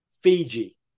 Fiji